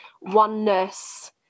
oneness